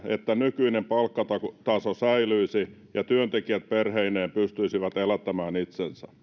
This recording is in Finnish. että nykyinen palkkataso säilyisi ja työntekijät perheineen pystyisivät elättämään itsensä